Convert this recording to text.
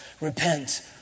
Repent